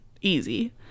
easy